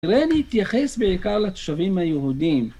נראה לי התייחס בעיקר לתושבים היהודים